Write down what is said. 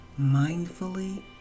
mindfully